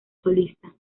solista